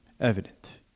evident